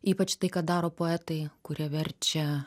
ypač tai ką daro poetai kurie verčia